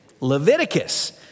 Leviticus